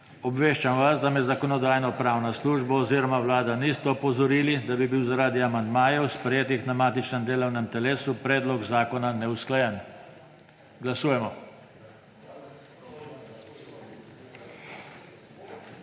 Obveščam vas, da me Zakonodajno-pravna služba oziroma Vlada nista opozorili, da bi bil zaradi amandmajev, sprejetih na matičnem delovnem telesu, predlog zakona neusklajen. Glasujemo.